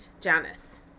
janice